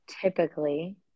typically